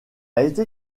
été